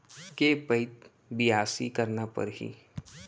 के पइत बियासी करना परहि?